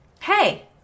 hey